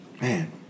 Man